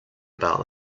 about